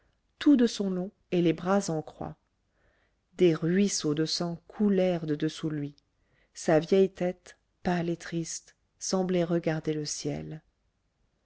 tout de son long et les bras en croix des ruisseaux de sang coulèrent de dessous lui sa vieille tête pâle et triste semblait regarder le ciel